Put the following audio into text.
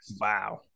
Wow